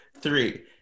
three